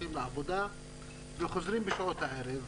הולכים לעבודה וחוזרים בשעות הערב,